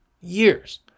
Years